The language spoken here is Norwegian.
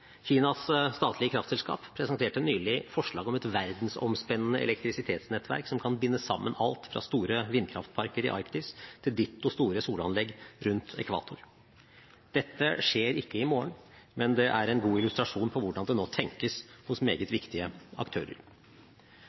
Kinas statlige kraftselskap presenterte nylig forslag om et verdensomspennende elektrisitetsnettverk som kan binde sammen alt fra store vindkraftparker i Arktis til ditto store solanlegg rundt ekvator. Dette skjer ikke i morgen, men det er en god illustrasjon på hvordan det nå tenkes hos meget viktige aktører.